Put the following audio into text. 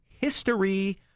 History